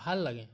ভাল লাগে